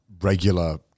regular